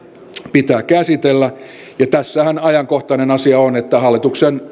pitää käsitellä ja tässähän ajankohtainen asia on että eräät hallituksen